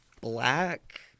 black